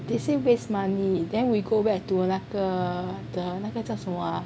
they say waste money then we go back to 那个那个叫什么 ah